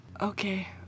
Okay